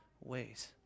ways